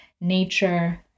nature